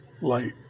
light